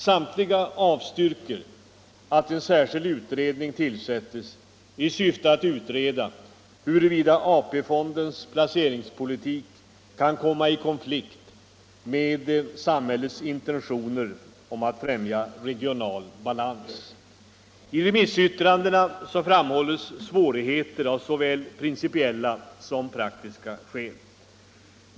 Samtliga avstyrker att en särskild utredning tillsätts i syfte att undersöka huruvida AP-fondens placeringspolitik kan komma i konflikt med samhällets intentioner om att främia regional balans. I remissyttrandena framhålls svårigheter ur såväl principiell som praktisk synpunkt.